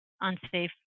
unsafe